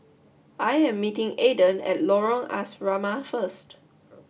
I am meeting Aaden at Lorong Asrama first